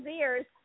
ears